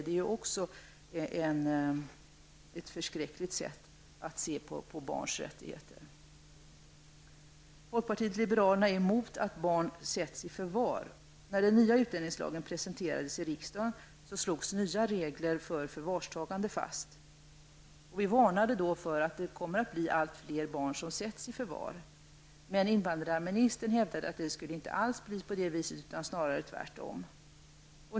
Det är också ett förskräckligt sätt att se på barns rättigheter. Folkpartiet liberalerna är emot att barn sätts i förvar. När den nya utlänningslagen presenterades i riksdagen slogs nya regler fast för förvarstagande. Vi varnade då för att allt fler barn skulle komma att sättas i förvar. Invandrarministern hävdade att det inte alls skulle bli på det sättet utan snarare tvärtom.